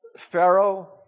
Pharaoh